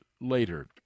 later